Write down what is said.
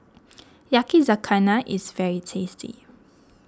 Yakizakana is very tasty